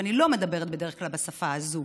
ואני לא מדברת בדרך כלל בשפה הזו.